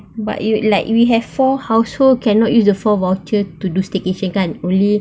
but if like we have four households cannot use the four voucher to do staycation only